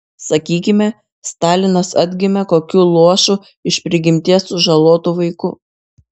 sakykime stalinas atgimė kokiu luošu iš prigimties sužalotu vaiku